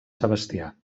sebastià